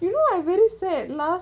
you know I really said last